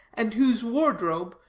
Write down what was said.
and whose wardrobe,